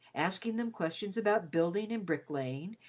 asking them questions about building and bricklaying,